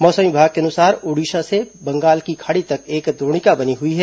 मौसम विभाग के अनुसार ओडिशा से बंगाल की खाड़ी तक एक द्रोणिका बनी हुई है